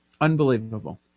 Unbelievable